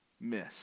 miss